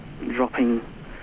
dropping